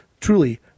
truly